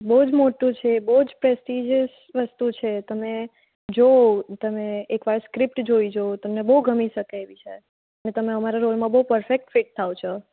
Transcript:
બહુ જ મોટું છે બહુ જ પ્રેસ્ટીજીયસ વસ્તુ છે તમે જો તમે એક વાર સ્ક્રિપ્ટ જોઈ જુઓ તમને બહુ ગમી શકે એવી છે ને તમે અમારા રોલમાં બહુ પરફેક્ટ ફિટ થાવ છો